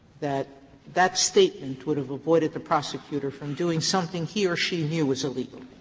that that statement would have avoided the prosecutor from doing something he or she knew was illegal.